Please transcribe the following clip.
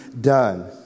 done